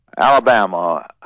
Alabama